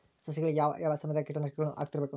ಸಸಿಗಳಿಗೆ ಯಾವ ಯಾವ ಸಮಯದಾಗ ಕೇಟನಾಶಕಗಳನ್ನು ಹಾಕ್ತಿರಬೇಕು?